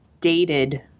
dated